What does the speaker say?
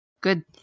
Good